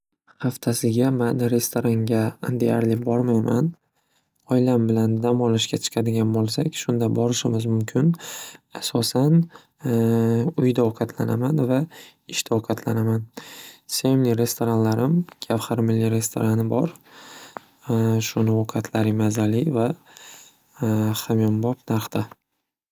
Xaftasiga man restoranga deyarli bormayman. Oilam bilan dam olishga chiqadigan bo'lsak shunda borishimiz mumkin. Asosan uyda ovqatlanaman va ishda ovqatlanaman. Sevimli restoranlarim Gavhar Milliy restorani bor. Shuni ovqatlari mazali va hamyonbob narxda.